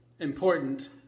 important